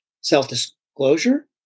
self-disclosure